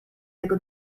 jego